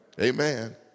amen